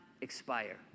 expire